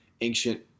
ancient